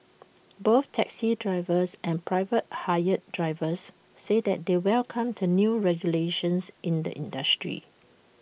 both taxi drivers and private hire drivers said that they welcome the new regulations in the industry